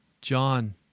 john